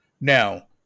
now